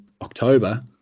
october